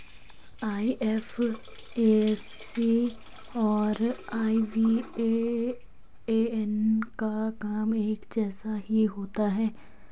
IFSC और IBAN का काम एक जैसा ही होता है